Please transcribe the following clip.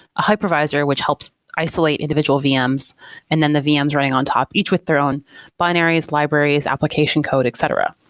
a hypervisor which helps isolate individual vms and then the vms running on top, each with their own binaries, libraries, application code, etc.